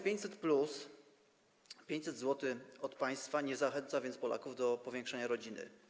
Program 500+, 500 zł od państwa nie zachęca więc Polaków do powiększania rodziny.